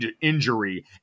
injury